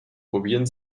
probieren